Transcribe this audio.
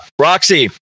Roxy